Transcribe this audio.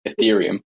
Ethereum